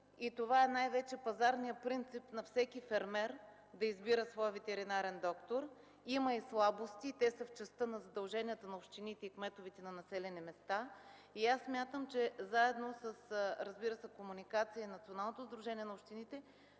и това е най-вече пазарният принцип – всеки фермер да избира своя ветеринарен доктор. Има и слабости. Те са в частта на задълженията на общините и кметовете на населените места. Смятам, че разбира се с комуникация, заедно с Националното сдружение на общините